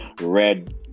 red